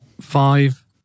five